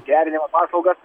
gerinimo paslaugas